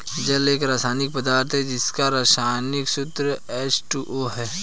जल एक रसायनिक पदार्थ है जिसका रसायनिक सूत्र एच.टू.ओ है